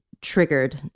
triggered